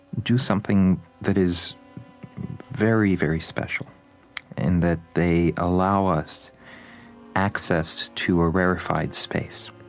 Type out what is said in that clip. do something that is very, very special in that they allow us access to a rarefied space,